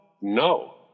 No